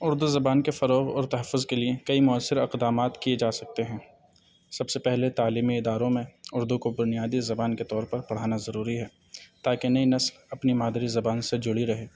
اردو زبان کے فروغ اور تحفظ کے لیے کئی مؤثر اقدامات کیے جا سکتے ہیں سب سے پہلے تعلیمی اداروں میں اردو کو بنیادی زبان کے طور پر پڑھانا ضروری ہے تاکہ نئی نسل اپنی مادری زبان سے جڑی رہے